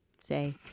say